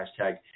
Hashtag